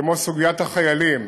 כמו סוגיית החיילים,